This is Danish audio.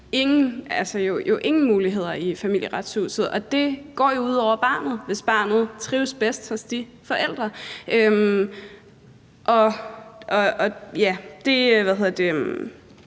ingen muligheder i Familieretshuset, og det går jo ud over barnet, hvis barnet trives bedst hos de forældre. Det er